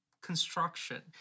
construction